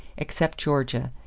except georgia,